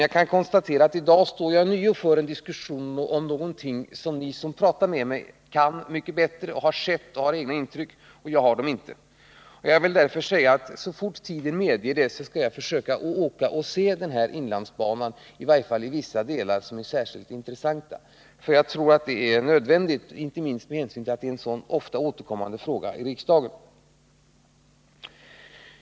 Jag kan konstatera att i dag står jag ånyo inför en diskussion om någonting som ni som pratar med mig har sett och har egna intryck av, och det har inte jag. Jag vill därför säga att så fort tiden medger det skall jag försöka åka och se inlandsbanan, i varje fall vissa delar som är särskilt intressanta. Jag tror att det är nödvändigt, inte minst med hänsyn till att det är en i riksdagen så ofta återkommande fråga.